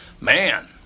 Man